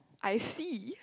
I see